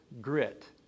grit